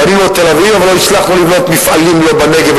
בנינו את תל-אביב אבל לא הצלחנו לבנות מפעלים לא בנגב,